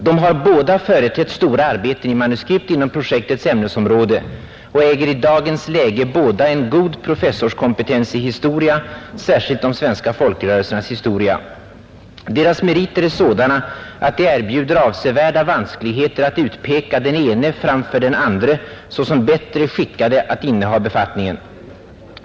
De har båda företett stora arbeten i manuskript inom projektets ämnesområde och äger i dagens läge båda en god professorskompetens i historia, särskilt de svenska folkrörelsernas historia. Deras meriter är sådana, att det erbjuder avsevärda vanskligheter att utpeka den ene framför den andre såsom bättre skickad att inneha befattningen.